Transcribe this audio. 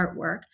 artwork